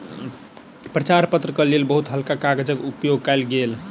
प्रचार पत्र के लेल बहुत हल्का कागजक उपयोग कयल गेल